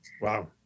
Wow